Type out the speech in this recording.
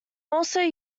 also